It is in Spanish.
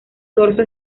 dorso